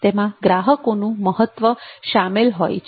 તેમાં ગ્રાહકોનું મહત્વ શામેલ હોય છે